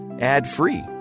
ad-free